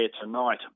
tonight